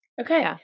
Okay